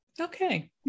okay